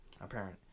apparent